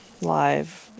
live